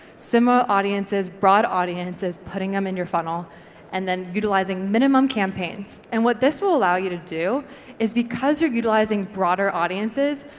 similar audiences, broad audiences, putting them in your funnel and then utilising minimum campaigns. and what this will allow you to do is, because you're utilising broader audiences,